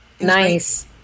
Nice